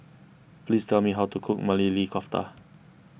please tell me how to cook Maili Kofta